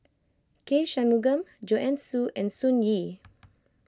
K Shanmugam Joanne Soo and Sun Yee